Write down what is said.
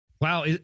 Wow